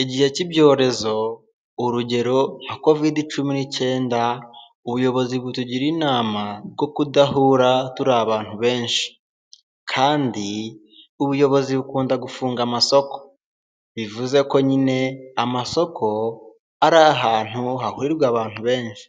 Igihe cy'ibyorezo, urugero : "covid cumi n’ icyenda" ubuyobozi butugira inama bwo kudahura turi abantu benshi. Kandi ubuyobozi bukunda gufunga amasoko, bivuze ko nyine amasoko ari ahantu hahurirwa n’abantu benshi